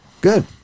Good